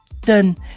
done